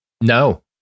No